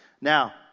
Now